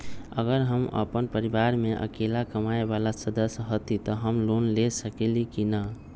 अगर हम अपन परिवार में अकेला कमाये वाला सदस्य हती त हम लोन ले सकेली की न?